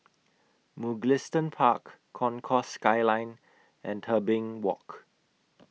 Mugliston Park Concourse Skyline and Tebing Walk